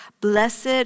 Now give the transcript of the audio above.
Blessed